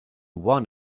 want